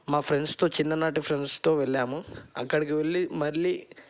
మా ఫ్రెండ్స్తో చిన్ననాటి ఫ్రెండ్స్తో వెళ్ళాము అక్కడికి వెళ్ళి మళ్ళీ